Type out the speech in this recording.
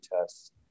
tests